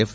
F